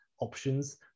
options